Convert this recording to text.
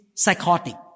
psychotic